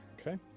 Okay